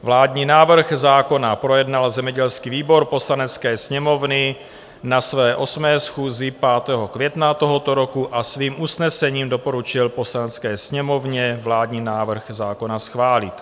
Vládní návrh zákona projednal zemědělský výbor Poslanecké sněmovny na své 8. schůzi 5. května tohoto roku a svým usnesením doporučil Poslanecké sněmovně vládní návrh zákona schválit.